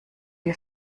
wir